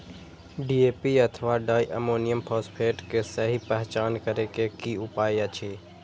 DAP अथवा diammonium phosphate के सहि पहचान करे के कि उपाय अछि?